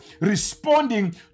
responding